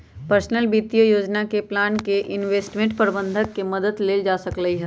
personal वित्तीय योजना के प्लान में इंवेस्टमेंट परबंधक के मदद लेल जा सकलई ह